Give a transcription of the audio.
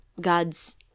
God's